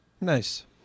Nice